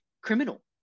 criminal